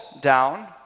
down